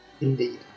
Indeed